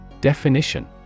Definition